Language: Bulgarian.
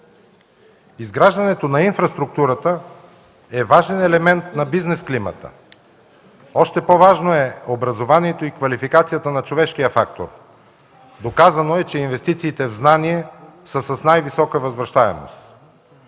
Изграждането на инфраструктурата е важен елемент на бизнес климата. Още по-важни са образованието и квалификацията на човешкия фактор. Доказано е, че инвестициите в знания са с най-висока възвращаемост.